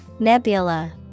Nebula